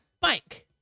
bike